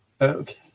Okay